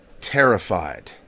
terrified